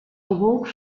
awoke